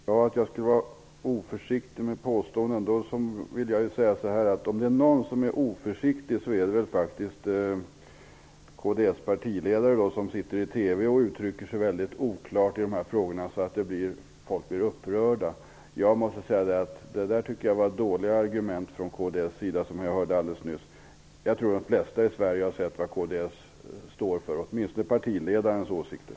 Fru talman! Till det att jag skulle vara oförsiktig med påståenden skulle jag vilja säga: Om det är någon som är oförsiktig, så är det faktiskt kds partiledare. I TV uttrycker sig han mycket oklart i dessa frågor. Det gör att folk blir upprörda. Det argument som jag alldeles nyss hörde från kds sida är ett dåligt sådant. Jag tror att de flesta i Sverige har sett vad kds står för, åtminstone när det gäller partiledarens åsikter.